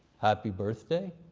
happy birthday.